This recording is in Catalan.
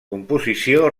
composició